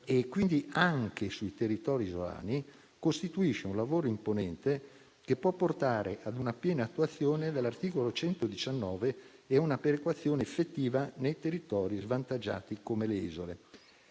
e quindi anche sui territori isolani, costituisce un lavoro imponente che può portare a una piena attuazione dell'articolo 119 e a una perequazione effettiva nei territori svantaggiati come le isole.